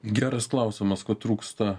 geras klausimas ko trūksta